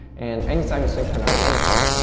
and any time you synchronize anything,